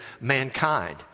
mankind